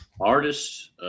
Artists